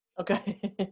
okay